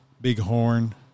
Bighorn